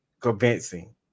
convincing